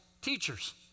teachers